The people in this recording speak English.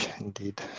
indeed